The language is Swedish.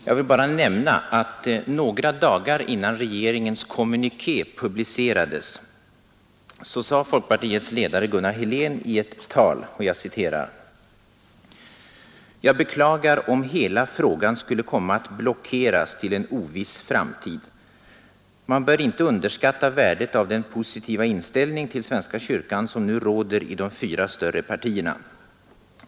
Jag vill bara nämna att några dagar innan regeringens kommuniké publicerades sade folkpartiets ledare Gunnar Helén i ett tal: ”Jag beklagar om hela frågan skulle komma att blockeras till en oviss framtid. Man bör inte underskatta värdet av den positiva inställning till Svenska Kyrkan som nu råder i de fyra större partierna.